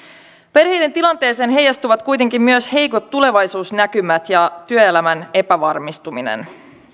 perheiden tilanteeseen heijastuvat kuitenkin myös heikot tulevaisuusnäkymät ja työelämän epävarmistuminen